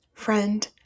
friend